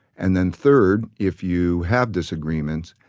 and then third, if you have disagreements,